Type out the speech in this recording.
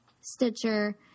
Stitcher